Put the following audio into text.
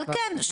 אבל כן,